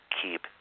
keep